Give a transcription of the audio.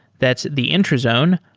that's the intrazone,